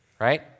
right